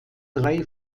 drei